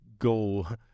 go